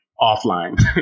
offline